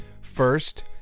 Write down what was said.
First